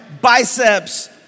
biceps